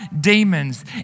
demons